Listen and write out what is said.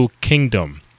Kingdom